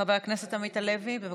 חבר הכנסת עמית הלוי, בבקשה.